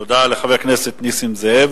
תודה לחבר הכנסת נסים זאב.